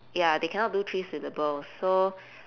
ya they cannot do three syllables so